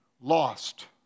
lost